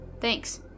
Thanks